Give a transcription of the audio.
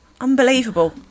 unbelievable